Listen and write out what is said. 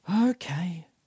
Okay